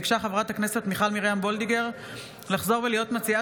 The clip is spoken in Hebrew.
ביקשה חברת הכנסת מיכל מרים וולדיגר לחזור ולהיות מציעה